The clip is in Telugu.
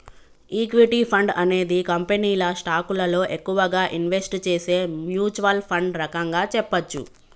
ఈక్విటీ ఫండ్ అనేది కంపెనీల స్టాకులలో ఎక్కువగా ఇన్వెస్ట్ చేసే మ్యూచ్వల్ ఫండ్ రకంగా చెప్పచ్చు